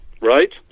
right